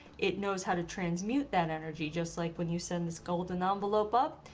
it knows how to transmute that energy just like when you send this golden envelope up,